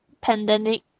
pandemic